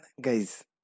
guys